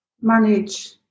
manage